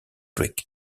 weeks